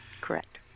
Correct